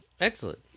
Excellent